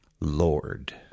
Lord